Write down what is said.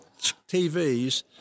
TVs